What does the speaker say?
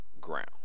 ground